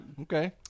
Okay